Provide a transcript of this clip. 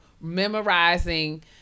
memorizing